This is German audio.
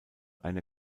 einer